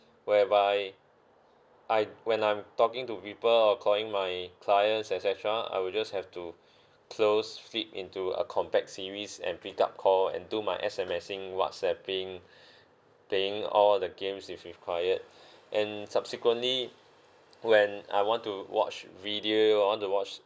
whereby I when I'm talking to people or calling my clients et cetera I will just have to close flip into a compact series and pick up call and do my S_M_Sing whatsapping playing all the games if required and subsequently when I want to watch video I want to watch